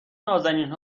نــازنین